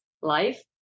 life